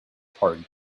part